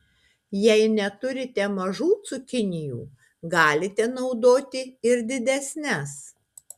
jei neturite mažų cukinijų galite naudoti ir didesnes